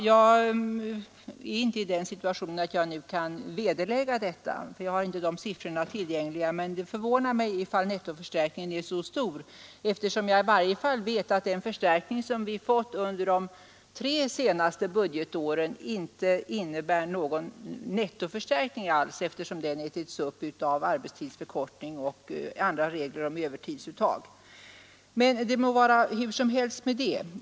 Jag är inte i den situationen att jag nu kan vederlägga detta — jag har inte siffrorna tillgängliga — men det förvånar mig om nettoförstärkningen är så stor, då jag i varje fall vet att den förstärkning som vi fått under de tre senaste budgetåren inte innebär någon nettoförstärkning alls, eftersom den ätits upp av arbetstidsförkortning och andra regler beträffande övertidsuttag. Det må emellertid vara hur som helst med det.